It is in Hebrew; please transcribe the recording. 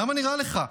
למה נראה לך?